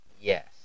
Yes